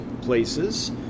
places